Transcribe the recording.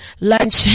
lunch